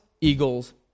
Eagles